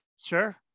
Sure